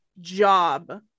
job